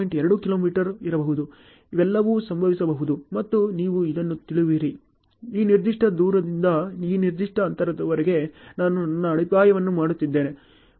2 kilometre ಇರಬಹುದು ಇವೆಲ್ಲವೂ ಸಂಭವಿಸಬಹುದು ಮತ್ತು ನೀವು ಇದನ್ನು ತಿಳಿಯುವಿರಿ ಈ ನಿರ್ದಿಷ್ಟ ದೂರದಿಂದ ಈ ನಿರ್ದಿಷ್ಟ ಅಂತರದವರೆಗೆ ನಾನು ನನ್ನ ಅಡಿಪಾಯವನ್ನು ಮಾಡುತ್ತಿದ್ದೇನೆ